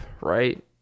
right